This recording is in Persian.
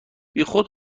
بیخود